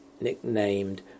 nicknamed